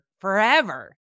forever